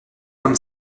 comme